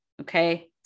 okay